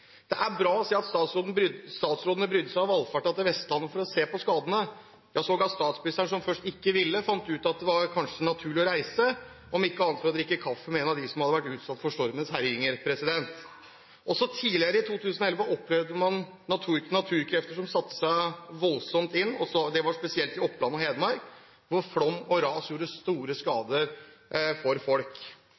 Det er bra å se at statsrådene brydde seg og valfartet til Vestlandet for å se på skadene. Ja, sågar statsministeren, som først ikke ville, fant ut at det kanskje var naturlig å reise – om ikke annet for å drikke kaffe med en av dem som hadde vært utsatt for stormens herjinger. Også tidligere i 2011 opplevde man naturkrefter som satte voldsomt inn. Det var spesielt i Oppland og Hedmark, hvor flom og ras gjorde store skader for folk.